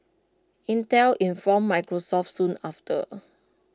Intel informed Microsoft soon after